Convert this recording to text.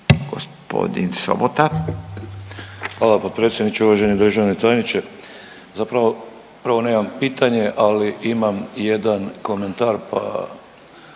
Darko (HDZ)** Hvala potpredsjedniče. Uvaženi državni tajniče, zapravo, zapravo nemam pitanje ali imam jedan komentar pa